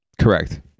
Correct